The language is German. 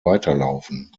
weiterlaufen